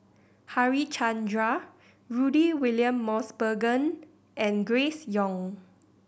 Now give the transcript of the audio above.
Harichandra Rudy William Mosbergen and Grace Young